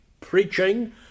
Preaching